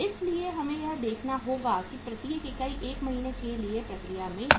इसलिए हमें यह देखना होगा कि प्रत्येक इकाई 1 महीने के लिए प्रक्रिया में है